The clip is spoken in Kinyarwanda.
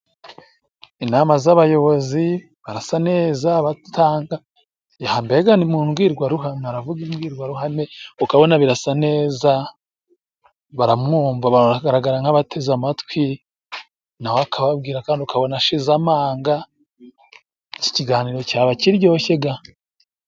Inama z'abayobozi barasa neza mbega ni mu mbwirwaruhame ukabona birasa neza baramwumvagaragara nk'abateze amatwi nawe akababwira ukabona ashize amanga ikiganiro cyawe kiryoshye ga